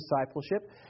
discipleship